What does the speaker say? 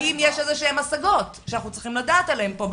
האם יש איזה שהן השגות שאנחנו צריכים לדעת עליהן פה,